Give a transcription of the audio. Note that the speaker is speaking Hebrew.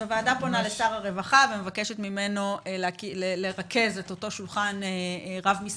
אז הוועדה פונה לשר הרווחה ומבקשת ממנו לרכז את אותו שולחן רב-משרדי